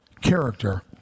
character